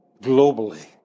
globally